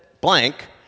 blank